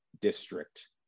district